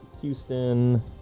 Houston